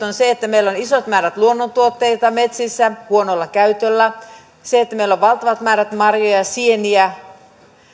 on että meillä on isot määrät luonnontuotteita metsissä huonolla käytöllä meillä on valtavat määrät marjoja ja sieniä